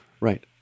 Right